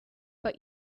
but